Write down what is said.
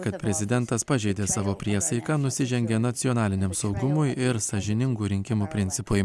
kad prezidentas pažeidė savo priesaiką nusižengė nacionaliniam saugumui ir sąžiningų rinkimų principui